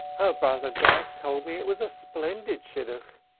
her brother jack told me it was a splendid shidduch.